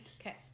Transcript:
okay